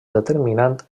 determinant